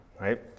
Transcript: right